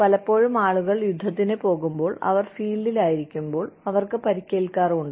പലപ്പോഴും ആളുകൾ യുദ്ധത്തിന് പോകുമ്പോൾ അവർ ഫീൽഡിൽ ആയിരിക്കുമ്പോൾ അവർക്ക് പരിക്കേൽക്കാറുണ്ട്